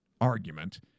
argument